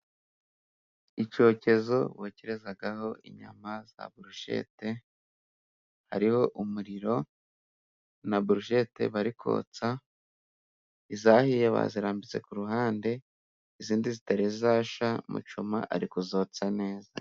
Icyokezo bokerezaho inyama za burushete hariho umuriro na burushete bari kotsa, izahiye bazirambitse ku ruhande izindi zitari zashya mucoma ari kuzotsa neza.